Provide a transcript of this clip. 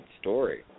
story